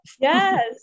Yes